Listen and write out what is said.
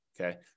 Okay